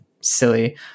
silly